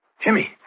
Jimmy